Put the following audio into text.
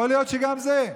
יכול להיות שגם זה,